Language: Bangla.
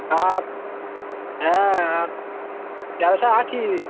আর হ্যাঁ আর তেরোশো আশি